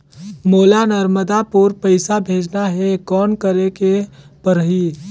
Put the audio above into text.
मोला नर्मदापुर पइसा भेजना हैं, कौन करेके परही?